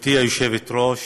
גברתי היושבת-ראש,